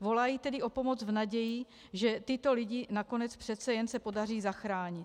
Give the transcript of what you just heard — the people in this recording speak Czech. Volají tedy o pomoc v naději, že se tyto lidi nakonec přece jen podaří zachránit.